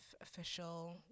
official